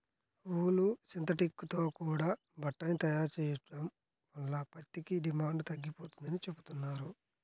ఊలు, synthetic తో కూడా బట్టని తయారు చెయ్యడం వల్ల పత్తికి డిమాండు తగ్గిపోతందని చెబుతున్నారు